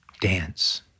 Dance